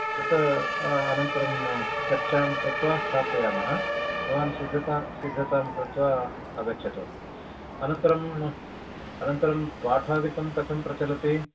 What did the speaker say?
तत् अनन्तरं चर्चां कृत्वा स्थापयामः भवान् सिद्धता सिद्धतां कृत्वा आगच्छतु अनन्तरम् अनन्तरं पाठादिकं कथं प्रचलति